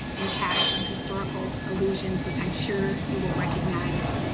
it has some historical allusions, which i'm sure you will recognize.